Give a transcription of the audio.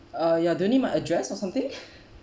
ah ya do you need my address or something